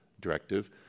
directive